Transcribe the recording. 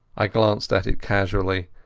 i glanced at it casually.